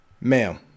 Ma'am